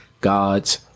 God's